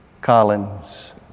Collins